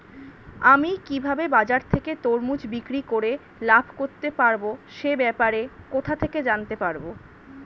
আমি কিভাবে বাজার থেকে তরমুজ বিক্রি করে লাভ করতে পারব সে ব্যাপারে কোথা থেকে জানতে পারি?